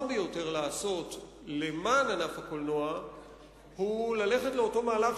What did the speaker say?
ביותר לעשות למען ענף הקולנוע הוא ללכת לאותו מהלך,